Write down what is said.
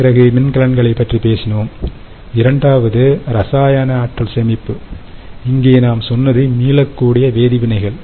பிறகு மின்கலன்கள் பற்றி பேசினோம் இரண்டாவது ரசாயன ஆற்றல் சேமிப்பு இங்கே நாம் சொன்னது மீளக்கூடிய வேதிவினைகள்